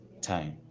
time